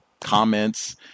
comments